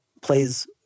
plays